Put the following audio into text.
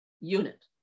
unit